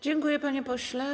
Dziękuję, panie pośle.